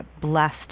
blessed